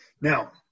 Now